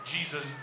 Jesus